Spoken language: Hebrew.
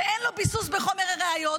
שאין לו ביסוס בחומר הראיות.